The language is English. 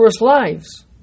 lives